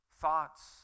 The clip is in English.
thoughts